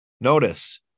Notice